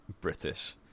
British